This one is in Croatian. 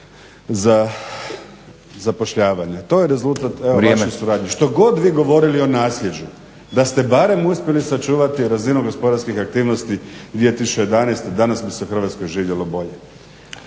zapošljavanje. To je rezultat vaše suradnje. Što vi god govorili o nasljeđu da ste barem uspjeli sačuvati razinu gospodarskih aktivnosti 2011.danas bi se u Hrvatskoj živjelo bolje.